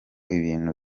ibintu